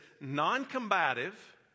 non-combative